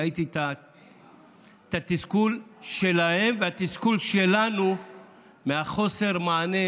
ראיתי את התסכול שלהם והתסכול שלנו מחוסר המענה,